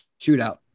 shootout